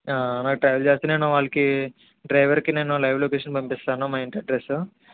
travel చేస్తే వాళ్ళకి డ్రైవర్కి నేను లైవ్ లొకేషన్ పంపిస్తాను మా ఇంటి అడ్రస్